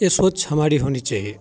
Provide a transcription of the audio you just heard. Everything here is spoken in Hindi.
ये सोच हमारी होनी चाहिए